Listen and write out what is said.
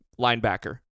linebacker